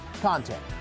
content